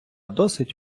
досить